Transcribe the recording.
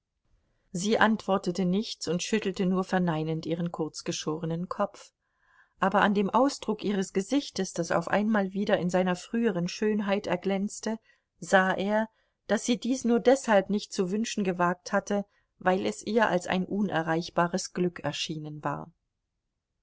sie antwortete nichts und schüttelte nur verneinend ihren kurzgeschorenen kopf aber an dem ausdruck ihres gesichtes das auf einmal wieder in seiner früheren schönheit erglänzte sah er daß sie dies nur deshalb nicht zu wünschen gewagt hatte weil es ihr als ein unerreichbares glück erschienen war